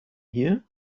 here